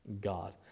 God